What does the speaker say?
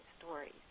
stories